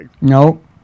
Nope